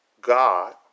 God